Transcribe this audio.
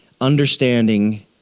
understanding